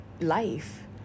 life